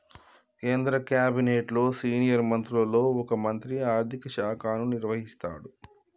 కేంద్ర క్యాబినెట్లో సీనియర్ మంత్రులలో ఒక మంత్రి ఆర్థిక శాఖను నిర్వహిస్తాడు